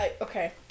Okay